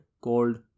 called